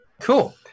Cool